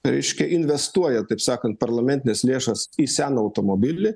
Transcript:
reiškia investuoja taip sakant parlamentines lėšas į seną automobilį